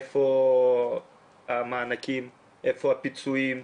איפה המענקים, איפה הפיצויים.